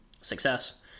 success